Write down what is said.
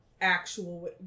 actual